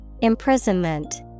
Imprisonment